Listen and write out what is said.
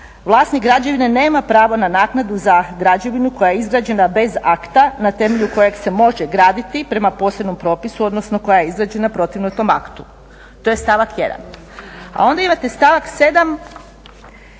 vlasnik građevine nema pravo na naknadu za građevinu koja je izgrađena bez akta na temelju kojeg se može graditi prema posebnom propisu, odnosno koja je izgrađena protivno tom aktu, to je stavak 1. A onda imate stavak 7.